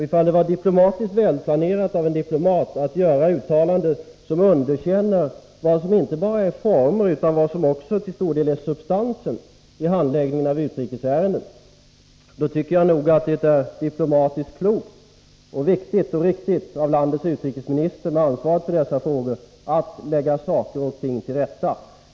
Ifall det var diplomatiskt välplanerat av en diplomat att göra uttalanden som underkänner vad som är inte bara formerna utan också till stor del substansen i handläggningen av utrikesärendena, då tycker jag nog att det är diplomatiskt klokt, viktigt och riktigt att landets utrikesminister, som har ansvaret för dessa frågor, lägger saker och ting till rätta.